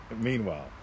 Meanwhile